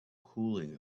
cooling